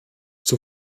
zur